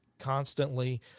constantly